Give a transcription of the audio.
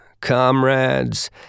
comrades